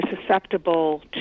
susceptible